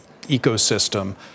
ecosystem